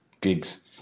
gigs